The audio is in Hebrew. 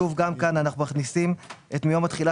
גם כאן אנחנו מכניסים את מיום התחילה